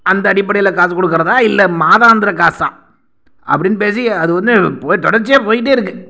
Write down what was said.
அந்த அடிப்படையில் காசு கொடுக்குறதா இல்லை மாதாந்திர காசாக அப்படின்னு பேசி அது வந்து போய் தொடர்ச்சியாக போய்கிட்டே இருக்கு